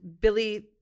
Billy